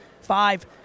five